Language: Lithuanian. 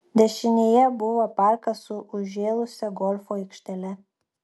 dešinėje buvo parkas su užžėlusia golfo aikštele